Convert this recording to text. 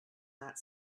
that